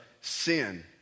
sin